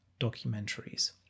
documentaries